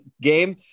game